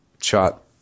shot